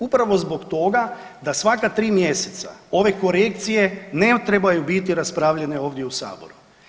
Upravo zbog toga da svaka 3 mjeseca ove korekcije ne trebaju biti raspravljene ovdje u Saboru.